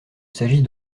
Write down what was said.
s’agit